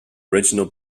original